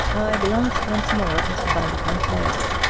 i glanced once more at mr. bundercombe's nails.